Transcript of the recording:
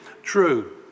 true